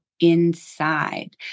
inside